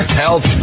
health